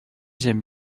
j’aime